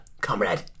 Comrade